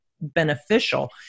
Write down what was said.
beneficial